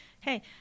hey